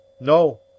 No